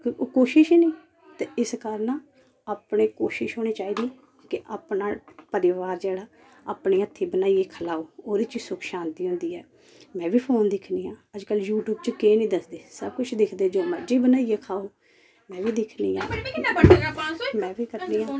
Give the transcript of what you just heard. कोशिश ही नी ते इस कारण ना अपने कोशिश होनी चाहिदी कि अपना परिवार जेह्ड़ा अपने हत्थीं बनाइयै खलाओ ओह्दे च सुख शांति हुंदी ऐ मैं बी फोन दिक्खनी आं अज्ज कल्ल यू टयूब केह् नी दसदे सब कुछ दिखदे जो मर्जी बनाइयै खाओ मैं बी दिक्खनी आं मैं बी करनी आं